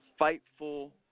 fightful